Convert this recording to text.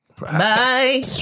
Bye